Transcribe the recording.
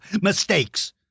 mistakes